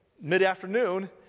mid-afternoon